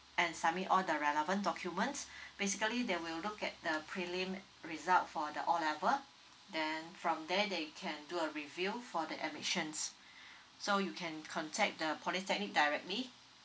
and submit all the relevant documents basically they will look at the prelim result for the O level then from there they can do a review for the admissions so you can contact the polytechnic directly